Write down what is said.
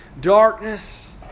darkness